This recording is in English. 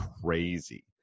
crazy